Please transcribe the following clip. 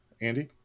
Andy